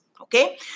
okay